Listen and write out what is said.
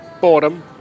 boredom